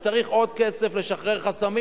צריך עוד כסף כדי לשחרר חסמים,